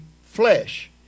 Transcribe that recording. flesh